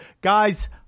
Guys